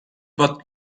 bought